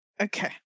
Okay